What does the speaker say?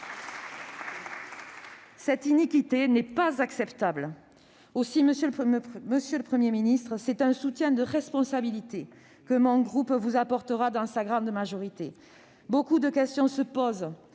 Cette iniquité n'est pas acceptable. Aussi, monsieur le Premier ministre, c'est un soutien de responsabilité que mon groupe vous apportera dans sa grande majorité. De nombreuses questions se posent,